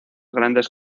grandes